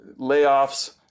layoffs